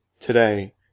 today